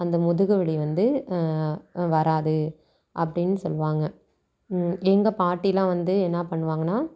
அந்த முதுகுவலி வந்து வராது அப்டின்னு சொல்வாங்க எங்கள் பாட்டியெலாம் வந்து என்ன பண்ணுவாங்கன்னால்